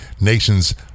nation's